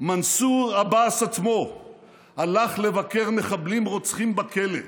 מנסור עבאס עצמו הלך לבקר מחבלים רוצחים בכלא.